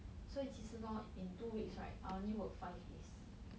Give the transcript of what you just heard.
所以其实 hor in two weeks right I only work five days